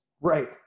Right